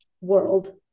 world